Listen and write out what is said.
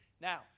Now